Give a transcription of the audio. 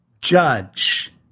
judge